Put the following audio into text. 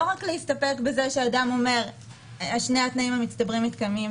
לא רק להסתפק בזה שאדם אומר ששני התנאים המצטברים מתקיימים,